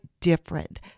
different